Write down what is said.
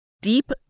deep